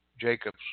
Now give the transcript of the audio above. Jacob's